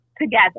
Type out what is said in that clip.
together